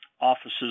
offices